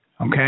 Okay